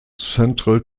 central